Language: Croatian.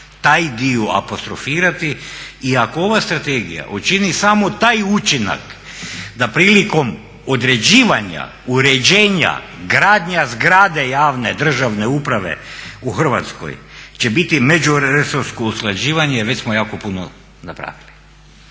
taj dio apostrofirati i ako ova strategija učini samo taj učinak da prilikom određivanja uređenja gradnja zgrade javne državne uprave u Hrvatskoj će biti međuresorsko usklađivanje već smo jako puno napravili.